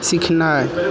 सीखनाए